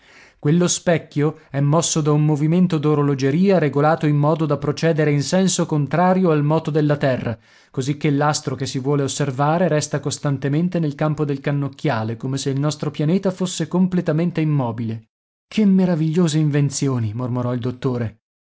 quello specchio è mosso da un movimento d'orologeria regolato in modo da procedere in senso contrario al moto della terra così che l'astro che si vuole osservare resta costantemente nel campo del cannocchiale come se il nostro pianeta fosse completamente immobile che meravigliose invenzioni mormorò il dottore